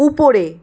উপরে